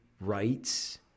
rights